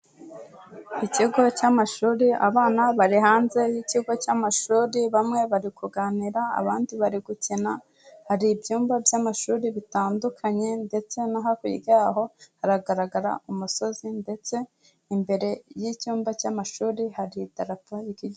Ikigo cy'amashuri: abana bari hanze y'ikigo cy'amashuri, bamwe bari kuganira, abandi bari gukina; hari ibyumba by'amashuri bitandukanye, ndetse no hakuryaho hagaragara umusozi, ndetse imbere y'icyumba cy'amashuri hari idarapo.